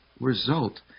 result